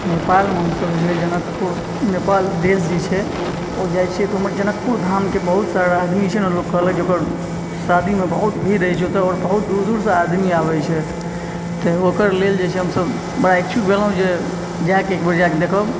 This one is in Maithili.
नेपालमे हमसब जे छै जनकपुर नेपाल देश जे छै ओ जाइ छियै तऽ ओमहर जनकपुर धाम के बहुत सारा आदमी छै ने लोक कहलक ओकर शादीमे बहुत भीड़ रहै छै ओतऽ बहुत दूर दूर से आदमी आबै छै तऽ ओकरा लेल जे छै हमसब बड़ा इच्छुक भेलहुॅं जे जाय के एक बेर जाय के देखब